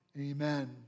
Amen